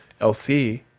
LC